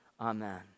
amen